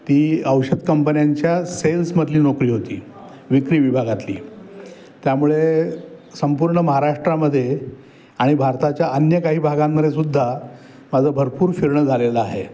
ती औषध कंपन्यांच्या सेल्समधली नोकरी होती विक्री विभागातली त्यामुळे संपूर्ण महाराष्ट्रामध्ये आणि भारताच्या अन्य काही भागांमध्ये सुद्धा माझं भरपूर फिरणं झालेलं आहे